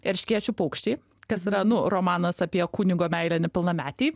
erškėčių paukščiai kas yra nu romanas apie kunigo meilę nepilnametei